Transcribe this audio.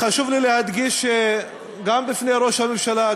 חשוב לי להדגיש גם בפני ראש הממשלה,